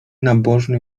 nabożny